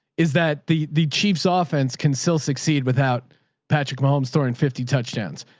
is that the, the chief's ah offense can still succeed without patrick mom's store in fifty touchdowns.